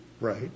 right